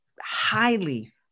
highly